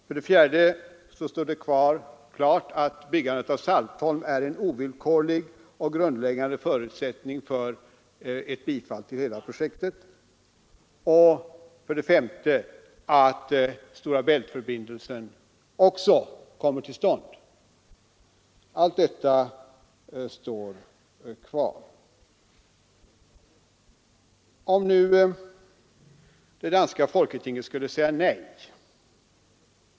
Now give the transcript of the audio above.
För det fjärde står det klart att byggandet av Saltholms flygplats är en ovillkorlig och grundläggande förutsättning för ett bifall till hela projektet, och för det femte måste Stora Bält-förbindelsen komma till stånd. Allt detta står kvar. Vad händer nu om danska folketinget säger nej?